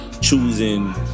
choosing